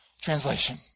translation